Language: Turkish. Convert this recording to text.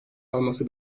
alması